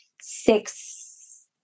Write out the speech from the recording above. six